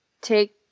take